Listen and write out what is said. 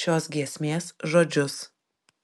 šios giesmės žodžius